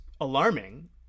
alarming